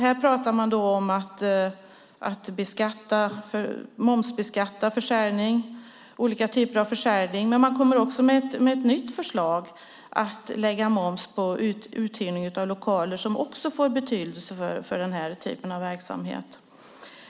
Här pratar man om att momsbelägga olika typer av försäljning, men man kommer också med ett nytt förslag om att lägga moms på uthyrning av lokaler, som också får betydelse för den här typen av verksamhet.